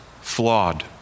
flawed